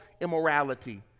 immorality